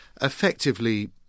effectively